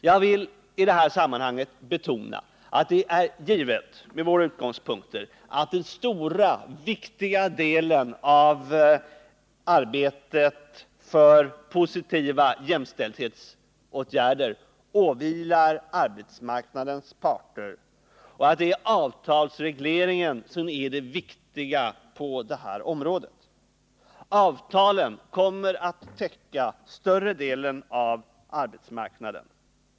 Jag vill i det här sammanhanget betona att det är givet, med våra utgångspunkter, att den stora och viktiga delen av arbetet för positiva jämställdhetsåtgärder åvilar arbetsmarknadens parter och att det är avtalsreglering som är det viktiga på det här området. Avtalen kommer att täcka större delen av arbetsmarknaden.